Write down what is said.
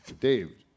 Dave